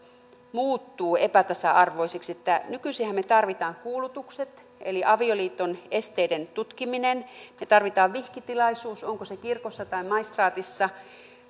muuttuu epätasa arvoiseksi että nykyisinhän me tarvitsemme kuulutukset eli avioliiton esteiden tutkimisen me tarvitsemme vihkitilaisuuden onko se kirkossa tai maistraatissa